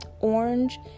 orange